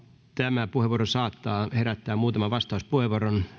tämä puheenvuoro saattaa herättää muutaman vastauspuheenvuoron